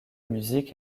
musique